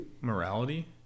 morality